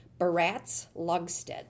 Baratz-Logstead